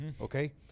okay